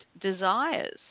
desires